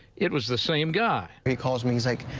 it was the same guy because music.